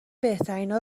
بهترینا